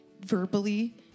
verbally